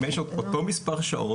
אם יש אותו מספר שעות,